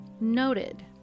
Noted